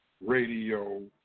Radio